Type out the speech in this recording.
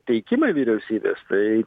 teikimai vyriausybės tai